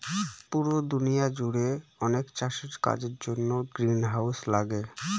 পুরো দুনিয়া জুড়ে অনেক চাষের কাজের জন্য গ্রিনহাউস লাগে